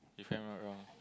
if I'm not wrong